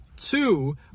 Two